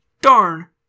Darn